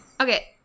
Okay